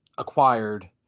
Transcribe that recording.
Acquired